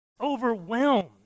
overwhelmed